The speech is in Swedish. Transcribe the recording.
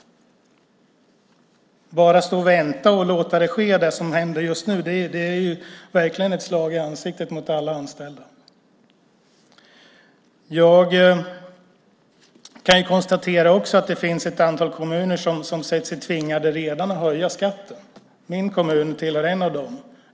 Att bara stå och vänta och låta det ske det som händer just nu är verkligen ett slag i ansiktet på alla anställda. Jag kan också konstatera att det finns ett antal kommuner som redan sett sig tvingade att höja skatten. Min kommun är en av dem.